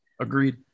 Agreed